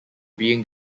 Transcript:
being